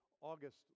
August